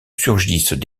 surgissent